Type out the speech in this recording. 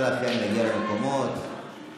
כבוד השר,